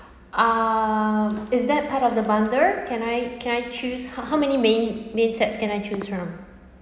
ah is that part of the bundle can I can I choose how how many main main sets can I choose from